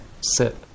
sit